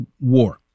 war